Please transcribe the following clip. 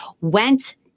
went